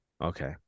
Okay